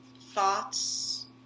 thoughts